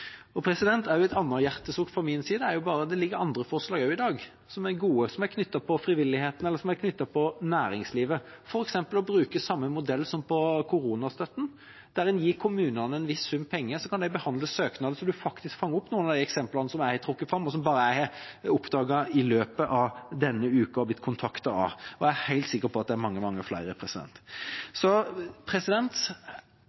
Et annet hjertesukk fra meg: Det fremmes også andre gode forslag i dag knyttet til frivilligheten og næringslivet, f.eks. om å bruke samme modell som for koronastøtten: En gir kommunene en viss sum penger, og så kan de behandle søknader, slik at en fanger opp noen av de eksemplene jeg har trukket fram, og som jeg har oppdaget gjennom å ha blitt kontaktet av i løpet av bare denne uka. Jeg er helt sikker på at det er mange, mange flere